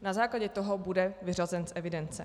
Na základě toho bude vyřazen z evidence.